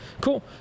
cool